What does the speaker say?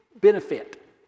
benefit